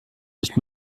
nicht